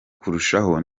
kurushaho